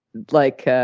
like,